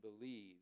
believe